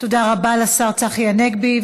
תודה רבה לשר צחי הנגבי.